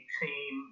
team